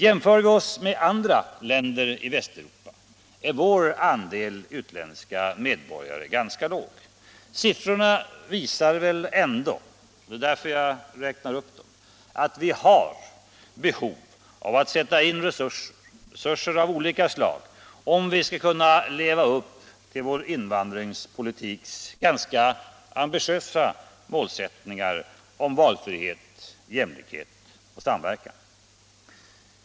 Jämför vi Sverige med andra länder i Västeuropa finner vi att vår andel utländska medborgare är ganska låg. Siffrorna visar väl ändå — det är därför jag nämner dem -— att vi har behov av att sätta in resurser av olika slag, om vi skall kunna leva upp till vår invandringspolitiks ganska ambitiösa målsättning om valfrihet, jämlikhet och samverkan.